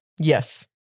Yes